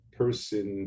person